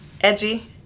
edgy